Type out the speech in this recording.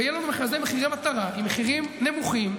ויהיו לנו מכרזי מחירי מטרה עם מחירים נמוכים.